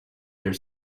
their